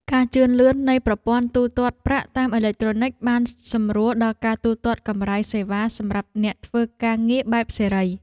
ការជឿនលឿននៃប្រព័ន្ធទូទាត់ប្រាក់តាមអេឡិចត្រូនិកបានសម្រួលដល់ការទូទាត់កម្រៃសេវាសម្រាប់អ្នកធ្វើការងារបែបសេរី។